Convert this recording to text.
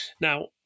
Now